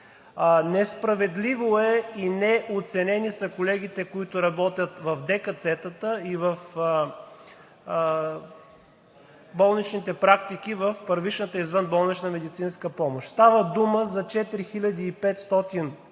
Несправедливо е и неоценени са колегите, които работят в ДКЦ-тата и болничните практики в първичната извънболнична медицинска помощ. Става дума приблизително